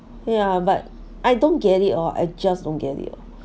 ya but I don't get it oh I just don't get it